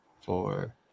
four